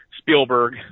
spielberg